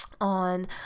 On